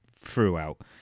throughout